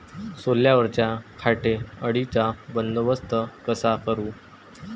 सोल्यावरच्या घाटे अळीचा बंदोबस्त कसा करू?